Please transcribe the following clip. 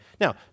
Now